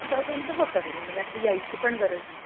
असं तुमचं होतं रिन्यू म्हणजे अगदी यायची पण गरज नाही